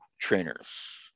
trainers